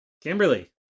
Kimberly